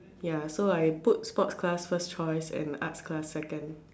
ya so I put sports class first choice and arts class second